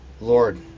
Lord